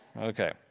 Okay